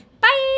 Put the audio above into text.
Bye